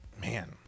man